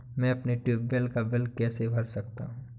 मैं अपने ट्यूबवेल का बिल कैसे भर सकता हूँ?